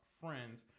friends